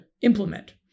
implement